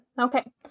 okay